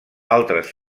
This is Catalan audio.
altres